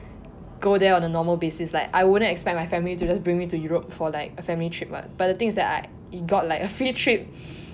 go there on the normal basis like I won't expect my family to just bring me to Europe for like a family trip [what] but the thing is like we got like a free trip